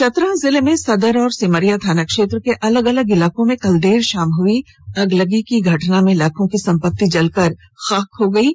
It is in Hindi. चतरा जिले में सदर और सिमरिया थाना क्षेत्र के अलग अलग इलाकों में कल देर शाम हुई अगलगी की घटना में लाखों की संपत्ति जलकर राख हो गई है